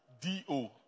D-O